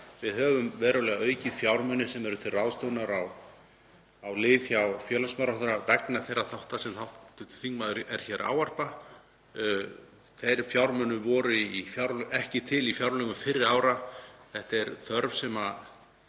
við höfum verulega aukið fjármuni sem eru til ráðstöfunar á lið hjá félagsmálaráðherra vegna þeirra þátta sem hv. þingmaður er hér að ávarpa. Þeir fjármunir voru ekki til í fjárlögum fyrri ára. Þetta er þörf sem